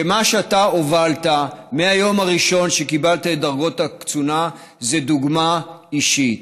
ומה שאתה הובלת מהיום הראשון שקיבלת את דרגות הקצונה זה דוגמה אישית,